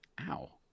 Ow